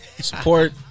Support